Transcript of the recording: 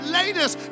latest